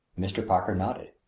mr. parker nodded.